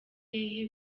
hehe